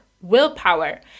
willpower